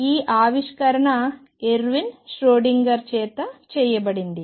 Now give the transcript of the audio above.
ఈ ఆవిష్కరణ Erwin Schrodinger చేత చేయబడింది